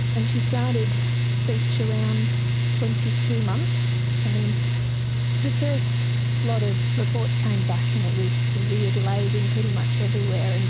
and she started started speech around twenty two months. and the first lot of reports came back and it was severe delays in pretty much everywhere, and